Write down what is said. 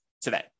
today